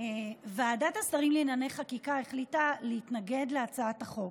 ועדת השרים לענייני חקיקה החליטה להתנגד להצעת החוק.